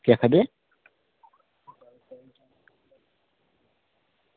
केह् आक्खा दे